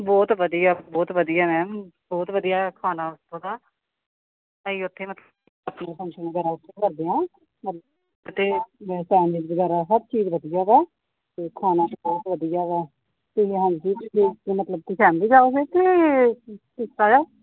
ਬਹੁਤ ਵਧੀਆ ਬਹੁਤ ਵਧੀਆ ਮੈਮ ਬਹੁਤ ਵਧੀਆ ਖਾਣਾ ਉੱਥੋਂ ਦਾ ਅਸੀਂ ਉੱਥੇ ਮਤਲਬ ਫੰਕਸ਼ਨ ਵਗੈਰਾ ਉੱਥੇ ਕਰਦੇ ਹਾਂ ਅਤੇ ਸਭ ਚੀਜ਼ ਵਧੀਆ ਵਾ ਅਤੇ ਖਾਣਾ ਵੀ ਬਹੁਤ ਵਧੀਆ ਵਾ ਅਤੇ ਹਾਂਜੀ ਕੋਈ ਫੈਮਲੀ ਜਾਓਗੇ ਕਿ ਕਾਹਦਾ